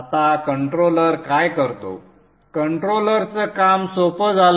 आता कंट्रोलर काय करतो कंट्रोलरचं काम सोपं झालंय